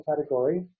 category